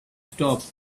stopped